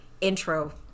intro